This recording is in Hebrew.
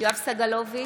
יואב סגלוביץ'